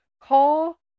call